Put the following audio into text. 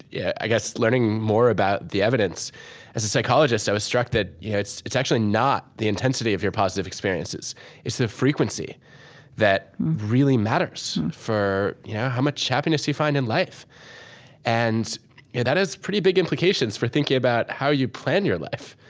yeah i guess, learning more about the evidence as a psychologist, i was struck that you know it's it's actually not the intensity of your positive experiences it's the frequency that really matters for you know how much happiness you find in life and that has pretty big implications for thinking about how you plan your life,